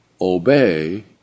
Obey